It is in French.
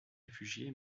réfugié